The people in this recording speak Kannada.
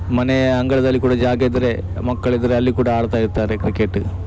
ಮನೆಯ ಅಂಗಳದಲ್ಲಿ ಕೂಡ ಜಾಗ ಇದ್ದರೆ ಮಕ್ಕಳಿದ್ದರೆ ಅಲ್ಲಿ ಕೂಡ ಆಡ್ತಾ ಇರ್ತಾರೆ ಕ್ರಿಕೆಟ